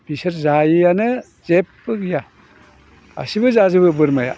बिसोर जायैयानो जेब्बो गैया गासिबो जाजोबो बोरमाया